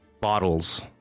bottles